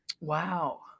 Wow